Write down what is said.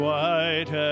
white